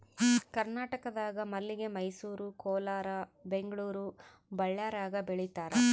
ಕರ್ನಾಟಕದಾಗ ಮಲ್ಲಿಗೆ ಮೈಸೂರು ಕೋಲಾರ ಬೆಂಗಳೂರು ಬಳ್ಳಾರ್ಯಾಗ ಬೆಳೀತಾರ